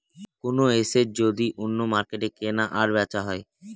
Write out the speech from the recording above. কোনো এসেট যদি অন্য মার্কেটে কেনা আর বেচা হয়